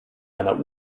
einer